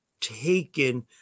taken